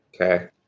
Okay